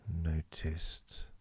noticed